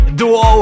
duo